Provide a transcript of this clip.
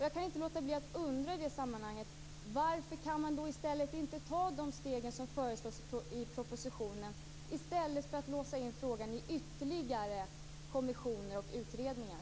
Jag kan inte låta bli att i det sammanhanget undra varför man inte kan ta de steg som föreslås i propositionen i stället för att låsa in frågan i ytterligare kommissioner och utredningar.